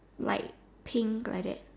like pink like that